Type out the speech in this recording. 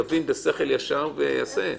יבין בשכל ישר ויעשה.